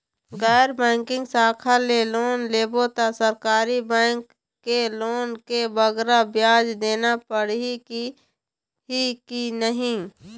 गैर बैंकिंग शाखा ले लोन लेबो ता सरकारी बैंक के लोन ले बगरा ब्याज देना पड़ही ही कि नहीं?